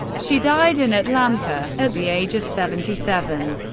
she died in atlanta at the age of seventy seven.